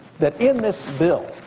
that in this bill,